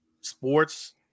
sports